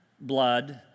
blood